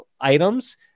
items